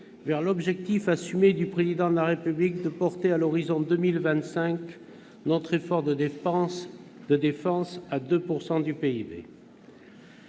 vers l'objectif assumé du Président de la République de porter, à l'horizon 2025, notre effort de défense à 2 % du PIB.